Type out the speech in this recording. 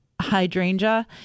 Hydrangea